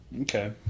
Okay